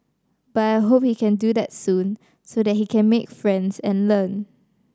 but I hope he can do that soon so that he can make friends and learn